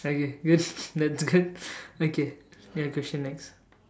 okay good that's good okay ya question next